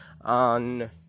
on